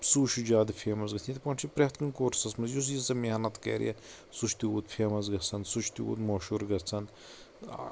سُے چھُ زیادٕ فیمس گٔژھِتھ یِتھ پٲٹھۍ چھُ پرٛٮ۪تھ کُنہِ کورسس منٛز یُس یٖژہ محنت کرِ سُہ چھُ تیوٗت فیمس گژھان سُہ چھُ تیوٗت مشہوٗر گژھان